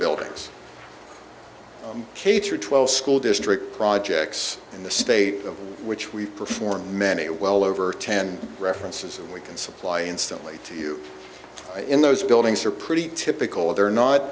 buildings k through twelve school district projects in the state of which we perform many well over ten references and we can supply instantly to you in those buildings are pretty typical